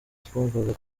twumvaga